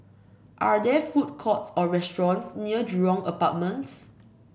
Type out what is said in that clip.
are there food courts or restaurants near Jurong Apartments